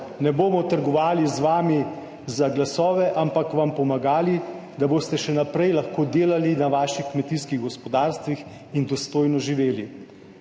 Ne bomo trgovali z vami za glasove, ampak vam pomagali, da boste še naprej lahko delali na vaših kmetijskih gospodarstvih in dostojno živeli.